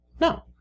No